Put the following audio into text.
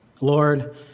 Lord